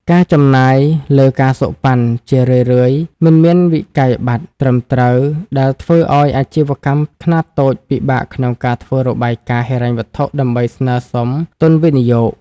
ការចំណាយលើ ការសូកប៉ាន់ ជារឿយៗមិនមានវិក្កយបត្រត្រឹមត្រូវ ដែលធ្វើឱ្យអាជីវកម្មខ្នាតតូចពិបាកក្នុងការធ្វើរបាយការណ៍ហិរញ្ញវត្ថុដើម្បីស្នើសុំទុនវិនិយោគ។